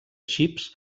xips